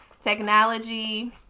technology